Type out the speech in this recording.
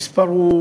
המספר הוא